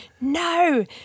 no